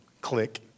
Click